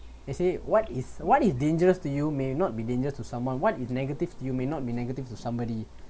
let's say what is what is dangerous to you may not be danger to someone what is negative you may not be negative to somebody